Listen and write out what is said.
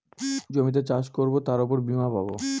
জমিতে চাষ করবো তার উপর বীমা পাবো